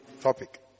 topic